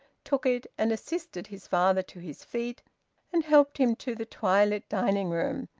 took it and assisted his father to his feet and helped him to the twilit dining-room,